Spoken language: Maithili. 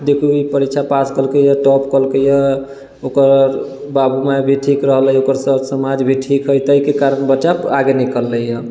देखू ई परीक्षा पास केलकैए टॉप केलकैए ओकर बाबू माइ भी ठीक रहलै ओकर सर समाज भी ठीक हइ ताहिके कारण बच्चा आगे निकललैए